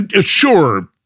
Sure